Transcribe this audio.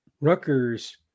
Rutgers